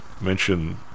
mention